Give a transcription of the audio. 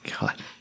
God